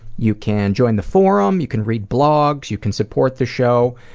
you can join the forum, you can read blogs, you can support the show,